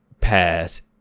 past